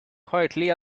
quietly